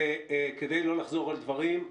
כדי לא לחזור על דברים,